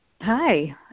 Hi